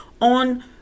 on